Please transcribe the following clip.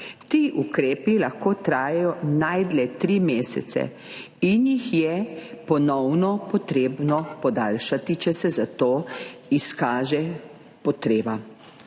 Ti ukrepi lahko trajajo najdlje tri mesece in jih je ponovno potrebno podaljšati, če se za to izkaže potreba.